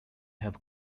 have